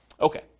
Okay